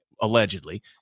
allegedly